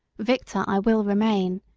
victor i will remain,